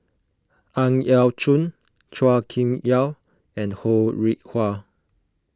Ang Yau Choon Chua Kim Yeow and Ho Rih Hwa